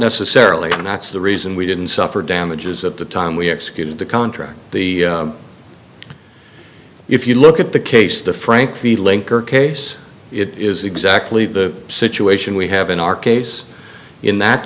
necessarily an x the reason we didn't suffer damages at the time we executed the contract the if you look at the case the frank the linker case it is exactly the situation we have in our case in that